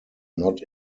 not